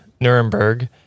Nuremberg